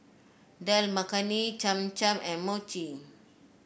Dal Makhani Cham Cham and Mochi